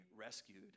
rescued